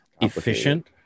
efficient